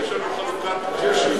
יש לנו חלוקת קשב.